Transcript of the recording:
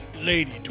Lady